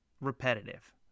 repetitive